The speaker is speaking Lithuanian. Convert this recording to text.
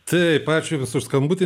taip ačiū jums už skambutį